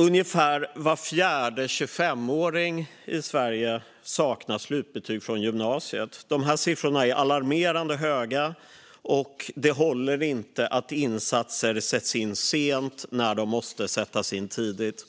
Ungefär var fjärde 25-åring i Sverige saknar slutbetyg från gymnasiet. Dessa siffror är alarmerande höga. Det håller inte att insatser sätts in sent när de måste sättas in tidigt.